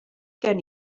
gen